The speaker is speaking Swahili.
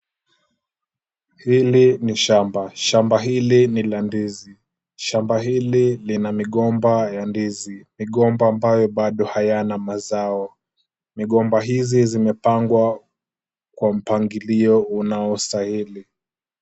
Hili ni shamba. Shamba hili ni la ndizi. Shamba hili lina migomba ya ndizi. Migomba ambayo bado hayana mazao. Migomba hizi zimepangwa kwa mpangilio unaostahili.